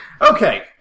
Okay